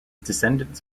descendants